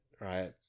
right